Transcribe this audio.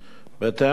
בהתאם לאמור,